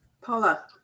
Paula